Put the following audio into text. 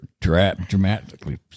dramatically